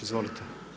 Izvolite.